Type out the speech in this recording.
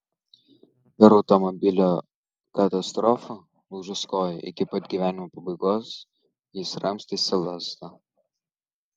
per automobilio katastrofą lūžus kojai iki pat gyvenimo pabaigos jis ramstėsi lazda